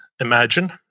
imagine